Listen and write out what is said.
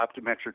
optometric